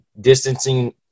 distancing